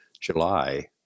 July